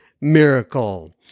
miracle